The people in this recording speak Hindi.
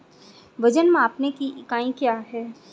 वजन मापने की इकाई क्या है?